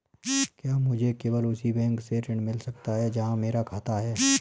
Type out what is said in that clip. क्या मुझे केवल उसी बैंक से ऋण मिल सकता है जहां मेरा खाता है?